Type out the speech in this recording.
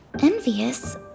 envious